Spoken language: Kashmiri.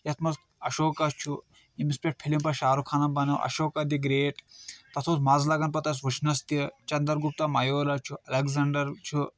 یَتھ منٛز اشوکا چُھ یمِس پٮ۪ٹھ فِلِم پَتہٕ شارُکھ خانن بَنٲو اشوکا دِ گریٚٹ تَتھ اوس مَزٕ لگان پَتہٕ اَسہِ وُچھنَس تہِ چندر گپتا میورا چُھ ایٚلیکزنڈر چُھ